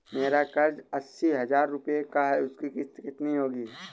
मेरा कर्ज अस्सी हज़ार रुपये का है उसकी किश्त कितनी होगी?